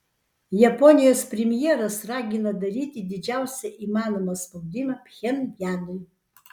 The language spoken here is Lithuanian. japonijos premjeras ragina daryti didžiausią įmanomą spaudimą pchenjanui